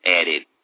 added